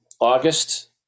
August